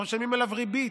אנחנו משלמים עליו ריבית,